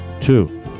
Two